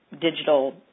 digital